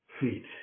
feet